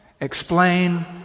explain